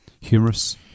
humorous